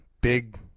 big